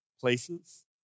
places